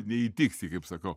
neįtiksi kaip sakau